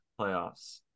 playoffs